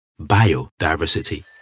biodiversity